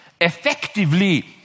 effectively